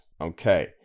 okay